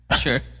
Sure